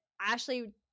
Ashley